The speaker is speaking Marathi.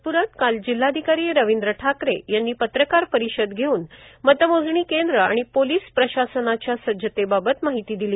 नागप्रात काल जिल्हाधिकारी रवींद्र ठाकरे यांनी पत्रकार परिषद घेऊन मतमोजणी केंद्र आणि पोलीस प्रशासनाच्या सज्जते बाबत माहिती दिली